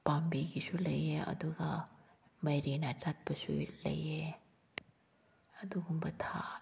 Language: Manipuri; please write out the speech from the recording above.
ꯄꯥꯝꯕꯤꯒꯤꯁꯨ ꯂꯩꯌꯦ ꯑꯗꯨꯒ ꯃꯥꯏꯔꯦꯟ ꯑꯆꯠꯄꯁꯨ ꯂꯩꯌꯦ ꯑꯗꯨꯒꯨꯝꯕ